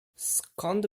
skąd